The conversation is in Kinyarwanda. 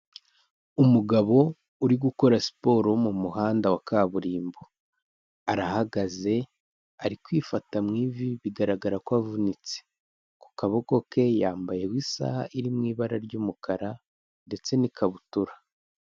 Umugabo uri gukora siporo mu muhanda wa kaburimbo, arahagaze ari kwifata mu ivi bigaragara ko avunitse, ku kaboko ke yambayeho isaha iri mu ibara ry'umukara ndetse n'ikabutura.